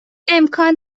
امکان